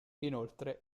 inoltre